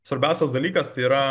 svarbiausias dalykas tai yra